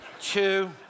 two